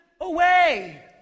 away